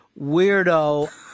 weirdo